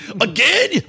again